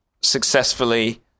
successfully